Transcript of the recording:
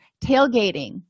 tailgating